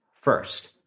first